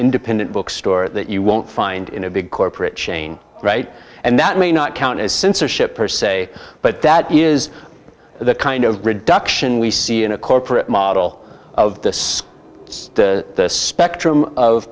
independent bookstore that you won't find in a big corporate chain right and that may not count as censorship per se but that is the kind of reduction we see in a corporate model of this spectrum of